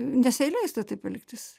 nes jai leista taip elgtis